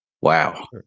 Wow